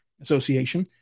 association